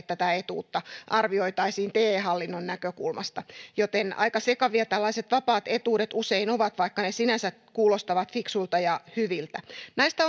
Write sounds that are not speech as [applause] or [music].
[unintelligible] tätä etuutta arvioitaisiin te hallinnon näkökulmasta aika sekavia tällaiset vapaat etuudet usein ovat vaikka ne sinänsä kuulostavat fiksuilta ja hyviltä näistä [unintelligible]